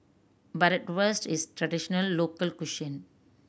bratwurst is a traditional local cuisine